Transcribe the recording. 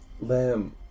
Lamb